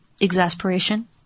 exasperation